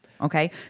Okay